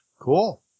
Cool